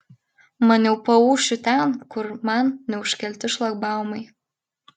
maniau paūšiu ten kur man neužkelti šlagbaumai